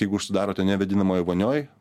jeigu užsidarote nevėdinamoj vonioj